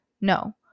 No